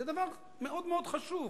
זה דבר מאוד מאוד חשוב,